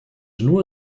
nur